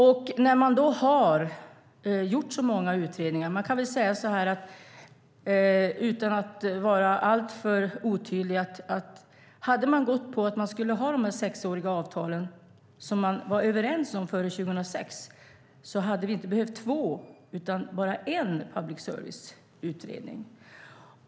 Utan att vara alltför otydlig kan jag säga att vi om man hade gått på de sexåriga avtal man var överens om 2006 inte hade behövt två utan bara en public service-utredning.